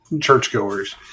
churchgoers